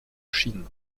chine